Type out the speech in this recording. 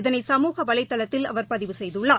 இதனை சமூக வலைதளத்தில் அவர் பதிவு செய்துள்ளார்